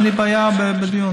אין לי בעיה עם דיון.